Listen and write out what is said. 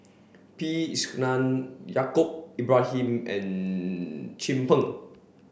P Krishnan Yaacob Ibrahim and Chin Peng